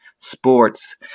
sports